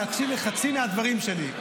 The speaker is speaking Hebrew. להקשיב לחצי מהדברים שלי.